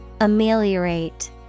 Ameliorate